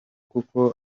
kuko